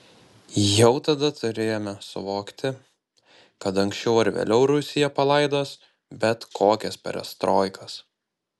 jau tada turėjome suvokti kad anksčiau ar vėliau rusija palaidos bet kokias perestroikas